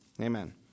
Amen